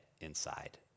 inside